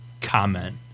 comment